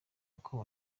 uko